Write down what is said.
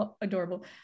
adorable